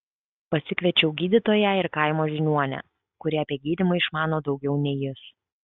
pasikviečiau gydytoją ir kaimo žiniuonę kuri apie gydymą išmano daugiau nei jis